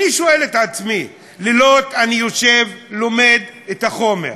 אני שואל את עצמי, לילות אני יושב ולומד את החומר.